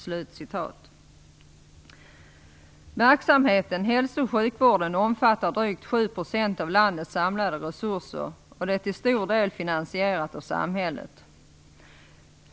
Så långt Spris stadgeförslag. Verksamheten hälso och sjukvården omfattar drygt 7 % av landets samlade resurser, och den är till stor del finansierad av samhället.